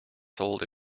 sold